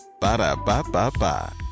Ba-da-ba-ba-ba